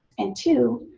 and two,